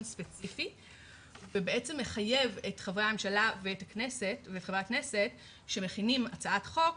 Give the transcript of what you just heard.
ספציפי ומחייב את חברי הממשלה ואת חברי הכנסת שמכינים הצעת חוק